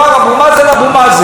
זה באמת לא בסדר,